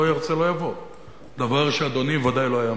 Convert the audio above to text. לא ירצה,